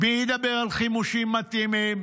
מי ידבר על חימושים מתאימים?